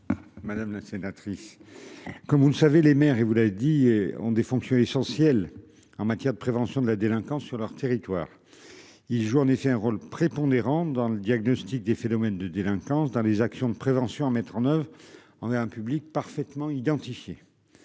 Madame la sénatrice. Comme vous le savez, les maires et vous l'avez dit, ont des fonctions essentielles, en matière de prévention de la délinquance sur leur territoire. Ils jouent en effet un rôle prépondérant dans le diagnostic des phénomènes de délinquance dans les actions de prévention à mettre en oeuvre. On a un public parfaitement identifiés.